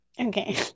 Okay